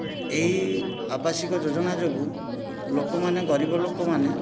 ଏହି ଆବାସିକ ଯୋଜନା ଯୋଗୁଁ ଲୋକମାନେ ଗରିବ ଲୋକମାନେ